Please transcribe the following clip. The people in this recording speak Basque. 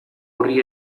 horri